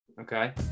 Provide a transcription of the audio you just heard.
Okay